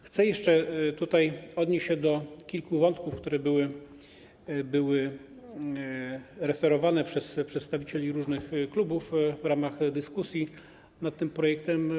Chcę jeszcze odnieść się do kilku wątków, które były referowane przez przedstawicieli różnych klubów w ramach dyskusji nad tym projektem.